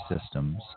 systems